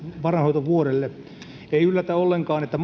varainhoitovuodelle ei yllätä ollenkaan että